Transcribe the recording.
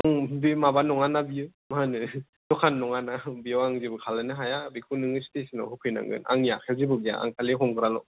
आव बि माब नङाना बियो मा होनो दखान नङा ना बेयाव आं जेबो खालायनो हाया बेखौ नोङो स्टेसनाव होफैनांगोन आंनि आखायाव जेबो गैया आं खालि हमग्राल